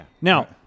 Now